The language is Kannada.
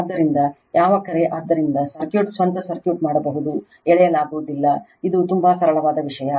ಆದ್ದರಿಂದ ಯಾವ ಕರೆ ಆದ್ದರಿಂದ ಸರ್ಕ್ಯೂಟ್ ಸ್ವಂತ ಸರ್ಕ್ಯೂಟ್ ಮಾಡಬಹುದು ಎಳೆಯಲಾಗುವುದಿಲ್ಲ ಇದು ತುಂಬಾ ಸರಳವಾದ ವಿಷಯ